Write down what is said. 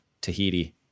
tahiti